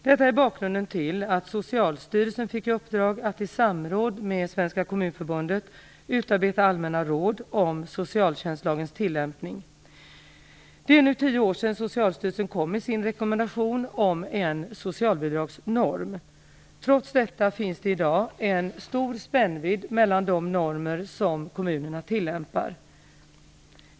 Detta är bakgrunden till att Socialstyrelsen fick i uppdrag att i samråd med Svenska kommunförbundet utarbeta allmänna råd om socialtjänstlagens tillämpning. Det är nu tio år sedan Socialstyrelsen kom med sin rekommendation om en socialbidragsnorm. Trots detta finns det i dag en stor spännvidd mellan de normer som kommunerna tillämpar.